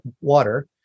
water